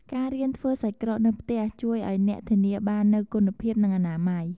ការរៀនធ្វើសាច់ក្រកនៅផ្ទះជួយឱ្យអ្នកធានាបាននូវគុណភាពនិងអនាម័យ។